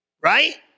Right